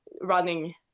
running